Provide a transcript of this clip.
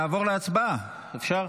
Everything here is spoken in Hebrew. נעבור להצבעה, אפשר?